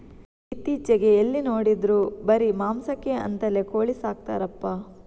ಇತ್ತೀಚೆಗೆ ಎಲ್ಲಿ ನೋಡಿದ್ರೂ ಬರೀ ಮಾಂಸಕ್ಕೆ ಅಂತಲೇ ಕೋಳಿ ಸಾಕ್ತರಪ್ಪ